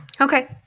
Okay